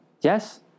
Yes